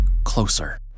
closer